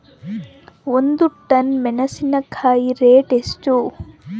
ಒಂದು ಟನ್ ಮೆನೆಸಿನಕಾಯಿ ರೇಟ್ ಎಷ್ಟು?